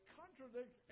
contradict